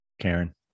Karen